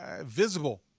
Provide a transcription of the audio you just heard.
visible